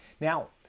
Now